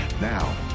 Now